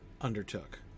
undertook